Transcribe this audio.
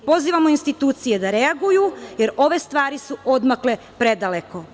Pozivamo institucije da reaguju, jer ove stvari su odmakle predaleko.